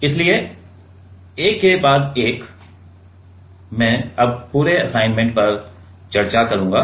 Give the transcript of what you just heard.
इसलिए एक के बाद एक मैं अब पूरे असाइनमेंट पर चर्चा करूंगा